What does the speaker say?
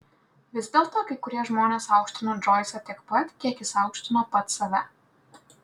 vis dėlto kai kurie žmonės aukštino džoisą tiek pat kiek jis aukštino pats save